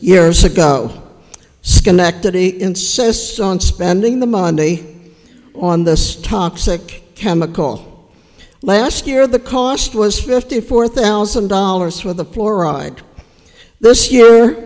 years ago schenectady insists on spending the money on this toxic chemical last year the cost was fifty four thousand dollars with the fluoride this year